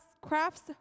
crafts